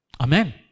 Amen